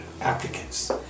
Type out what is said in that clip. applicants